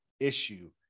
issue